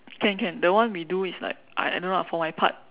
can can that one we do is like I I don't know lah for my part